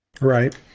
right